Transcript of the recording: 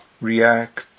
react